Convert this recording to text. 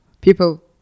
People